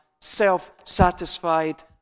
self-satisfied